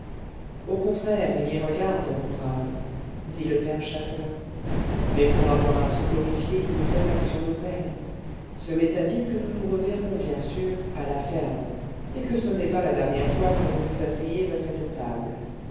au contraire il y regarde mon brave dit le père châtelain mais pour avoir à se glorifier d'une bonne action nouvelle ce m'est avis que nous nous reverrons bien sûr à la ferme et que ce n'est pas la dernière fois que vous vous asseyez à cette table